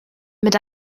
mit